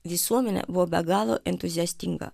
visuomenė buvo be galo entuziastinga